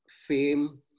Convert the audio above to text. fame